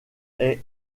est